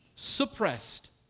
suppressed